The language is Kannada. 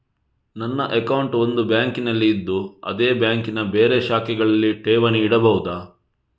ನನ್ನ ಅಕೌಂಟ್ ಒಂದು ಬ್ಯಾಂಕಿನಲ್ಲಿ ಇದ್ದು ಅದೇ ಬ್ಯಾಂಕಿನ ಬೇರೆ ಶಾಖೆಗಳಲ್ಲಿ ಠೇವಣಿ ಇಡಬಹುದಾ?